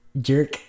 Jerk